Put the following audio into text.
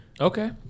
Okay